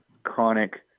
chronic